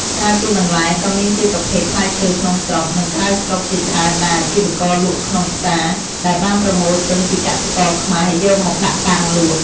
ក្រៅពីបន្លែ ក៏មានជាប្រភេទផ្លែឈើក្នុងស្រុក និងក្រៅស្រុកជាច្រើនដែលអាជីវករលក់ក្នុងផ្សារ ដែលបានប្រមូលទិញពីកសិករខ្មែរយកមកដាក់តាំងលក់។